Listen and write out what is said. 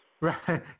Right